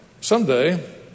Someday